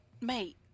Mate